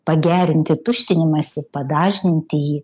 pagerinti tuštinimąsi padažninti jį